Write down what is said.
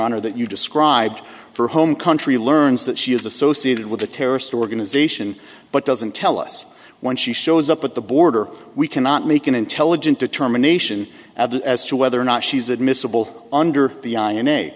honor that you described her home country learns that she is associated with a terrorist organization but doesn't tell us when she shows up at the border we cannot make an intelligent to terminate as to whether or not she's admissible under the i